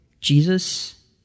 Jesus